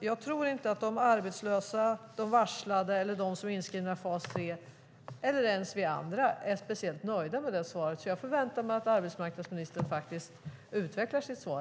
Jag tror inte att de arbetslösa, de varslade eller de som är inskrivna i fas 3, eller ens vi andra, är speciellt nöjda med svaret. Jag förväntar mig att arbetsmarknadsministern utvecklar sitt svar.